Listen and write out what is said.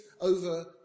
over